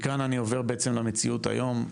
מכאן אני עובר בעצם למציאות היום.